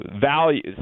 values